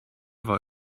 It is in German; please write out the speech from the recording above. war